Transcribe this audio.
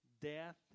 death